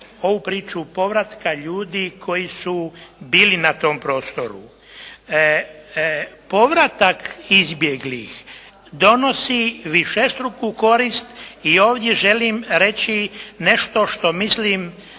ovu priču povratka ljudi koji su bili na tom prostoru. Povratak izbjeglih donosi višestruku korist i ovdje želim reći nešto što mislim